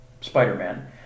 Spider-Man